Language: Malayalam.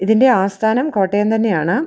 ഇതിൻ്റെ ആസ്ഥാനം കോട്ടയം തന്നെയാണ്